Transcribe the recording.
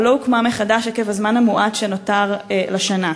ולא הוקמה מחדש עקב הזמן המועט שנותר לשנה.